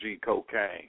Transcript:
Cocaine